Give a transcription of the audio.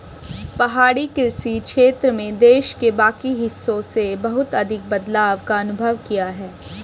पहाड़ी कृषि क्षेत्र में देश के बाकी हिस्सों से बहुत अधिक बदलाव का अनुभव किया है